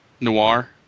Noir